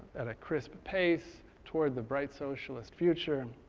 at a crisp pace toward the bright socialist future.